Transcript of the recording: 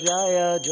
Jaya